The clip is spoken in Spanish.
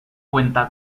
cuenta